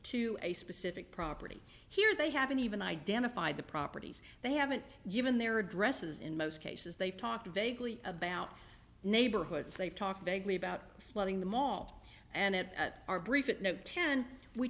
to a specific property here they haven't even identified the properties they haven't given their addresses in most cases they've talked vaguely about neighborhoods they've talked vaguely about flooding the mall and our brief at no ten we